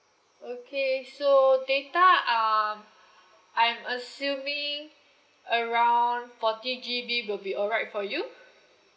okay so data um I'm assuming around forty G_B will be alright for you